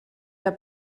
der